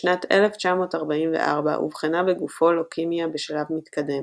בשנת 1944 אובחנה בגופו לוקמיה בשלב מתקדם,